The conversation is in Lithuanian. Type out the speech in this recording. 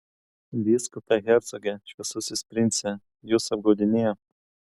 vyskupe hercoge šviesusis prince jus apgaudinėja